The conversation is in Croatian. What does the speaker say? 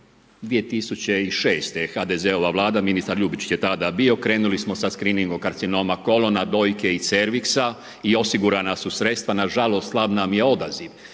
2006. je HDZ-ova Vlada, ministar Ljubičić je tada bio, krenuli smo sa skriningom karcinoma kolona dojke i cerviksa i osigurana su sredstva, na žalost slab nam je odaziva.